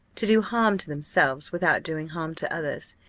to do harm to themselves, without doing harm to others.